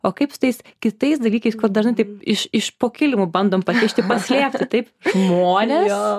o kaip su tais kitais dalykais kur dažnai taip iš iš po kilimu bandom pakišti paslėpti taip žmonės